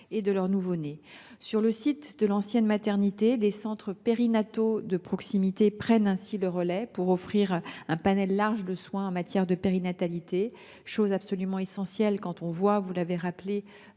et de leurs nouveau nés. En outre, sur le site de l’ancienne maternité, des centres périnatals de proximité prennent alors le relais, pour offrir un panel large de soins en matière de périnatalité ; c’est absolument essentiel, alors que l’on constate, vous l’avez rappelé,